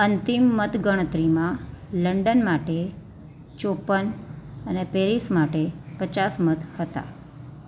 અંતિમ મતગણતરીમાં લંડન માટે ચોપન અને પેરિસ માટે પચાસ મત હતા